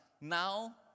now